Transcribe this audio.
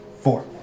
Four